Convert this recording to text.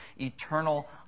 Eternal